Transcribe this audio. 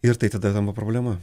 ir tai tada tampa problema